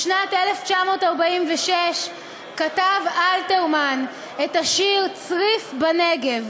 בשנת 1946 כתב אלתרמן את השיר "צריף בנגב".